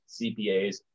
cpas